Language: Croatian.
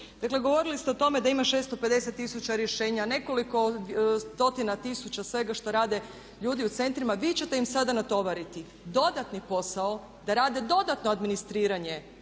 Dakle govorili ste o tome da ima 650 tisuća rješenja, nekoliko stotina tisuća svega što rade ljudi u centrima, vi ćete im sada natovariti dodatni posao, da rade dodatno administriranje